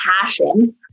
passion